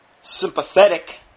sympathetic